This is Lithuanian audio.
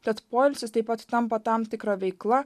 kad poilsis taip pat tampa tam tikra veikla